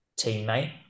teammate